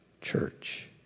church